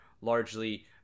largely